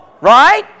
right